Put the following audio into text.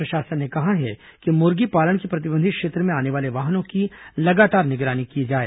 प्रशासन ने कहा है कि मुर्गीपालन के प्रतिबंधित क्षेत्र में आने वाले वाहनों की लगातार निगरानी की जाए